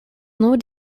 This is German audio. nur